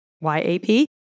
Y-A-P